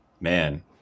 man